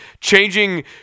Changing